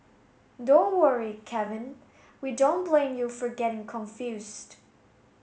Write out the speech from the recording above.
don't worry Kevin we don't blame you for getting confused